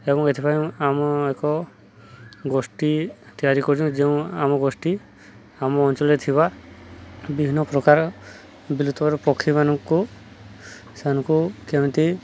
ଏବଂ ଏଥିପାଇଁ ଆମ ଏକ ଗୋଷ୍ଠୀ ତିଆରି କରୁଛନ୍ତି ଯେଉଁ ଆମ ଗୋଷ୍ଠୀ ଆମ ଅଞ୍ଚଳରେ ଥିବା ବିଭିନ୍ନ ପ୍ରକାର ବିଲୁପ୍ତର ପକ୍ଷୀମାନଙ୍କୁ ସେମାନକୁ କେମିତି